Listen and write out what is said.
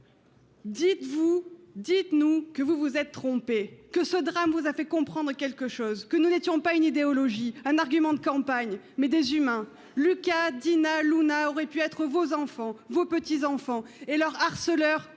! Dites-nous que vous vous êtes trompés, que ce drame vous a fait comprendre quelque chose : que nous étions non pas une idéologie, un argument de campagne, mais des humains ? Lucas, Dinah, Luna auraient pu être vos enfants, vos petits-enfants. Et leurs harceleurs